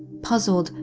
puzzled,